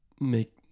make